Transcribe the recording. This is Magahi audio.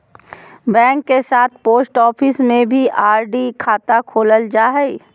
बैंक के साथ पोस्ट ऑफिस में भी आर.डी खाता खोलल जा हइ